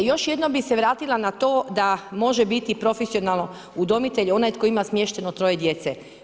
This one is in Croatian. Još jednom bi se vratila na to, da može biti profesionalno udomitelj, onaj tko ima smješteno 3 djece.